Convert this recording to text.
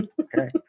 Okay